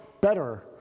better